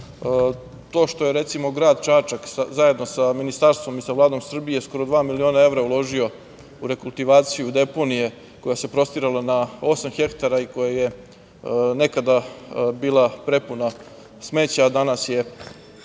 to što je recimo, grad Čačak zajedno sa Ministarstvom i sa Vladom Srbije, skoro dva miliona evra uložio u rekultivaciju deponije koja se prostirala na osam hektara i koje je nekada bila prepuna smeća, a danas je